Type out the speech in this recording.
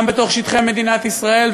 גם בתוך שטחי מדינת ישראל,